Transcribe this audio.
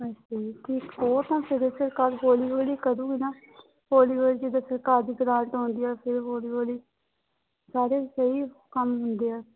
ਅੱਛਾ ਜੀ ਅਤੇ ਇੱਕ ਹੋਰ ਘੰਟੇ ਦੇ ਸਰਕਾਰ ਹੌਲੀ ਹੌਲੀ ਕਦੋਂ ਨਾ ਹੌਲੀ ਹੌਲੀ ਜਿੱਦਾਂ ਸਰਕਾਰ ਦੀ ਗਰਾਂਟ ਆਉਂਦੀ ਆ ਫੇਰ ਹੌਲੀ ਹੌਲੀ ਸਾਰੇ ਸਹੀ ਕੰਮ ਹੁੰਦੇ ਆ